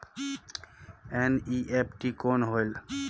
NEFT कौन होएल?